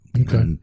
Okay